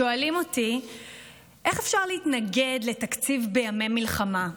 שואלים אותי איך אפשר להתנגד לתקציב בימי מלחמה,